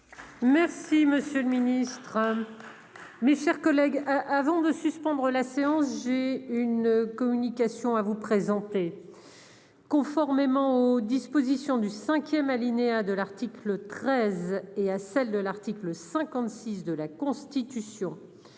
Merci monsieur le ministre. Mes chers collègues, avant de suspendre la séance, j'ai une communication à vous présenter, conformément aux dispositions du 5ème alinéa de l'article 13 et à celle de l'article 56 de la Constitution,